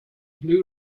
blue